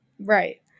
Right